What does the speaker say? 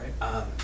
right